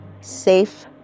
safe